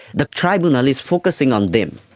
the tribunal is focusing on them.